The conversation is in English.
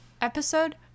Episode